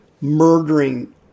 murdering